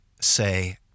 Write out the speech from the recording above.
say